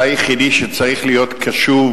אתה היחיד שצריך להיות קשוב